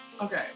okay